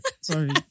Sorry